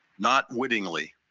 not wittingly.